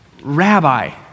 Rabbi